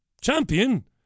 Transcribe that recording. champion